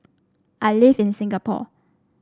I live in Singapore